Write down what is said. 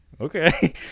okay